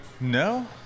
no